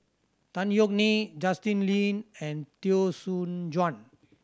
Tan Yeok Nee Justin Lean and Teo Soon Chuan